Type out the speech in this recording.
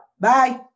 Bye